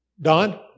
Don